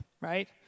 right